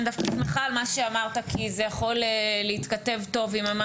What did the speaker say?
אני דווקא שמחה על מה שאמרת כי זה יכול להתכתב טוב עם מה